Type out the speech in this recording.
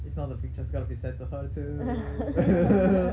if not the pictures gonna be sent to her too